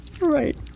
Right